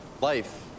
Life